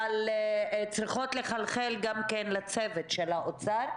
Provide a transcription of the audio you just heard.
אבל הן צריכות לחלחל גם לצוות של האוצר,